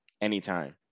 anytime